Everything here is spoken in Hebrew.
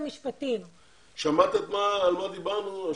בבית חולים קולטים הרבה מאוד אנשים